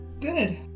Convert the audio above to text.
Good